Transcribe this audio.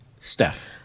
Steph